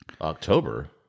October